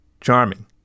Charming